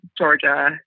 Georgia